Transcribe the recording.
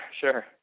sure